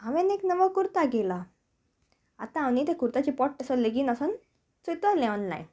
हांवेन एक नवो कुर्ता घेला आतां हांव आनी तें कुर्ताची पोट तसो लेगीन आसोून चयतलें ऑनलायन